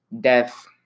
Death